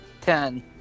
Ten